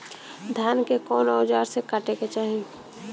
धान के कउन औजार से काटे के चाही?